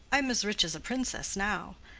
i am as rich as a princess now.